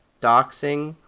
doxxing,